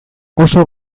oso